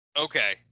okay